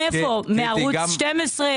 שיקלי,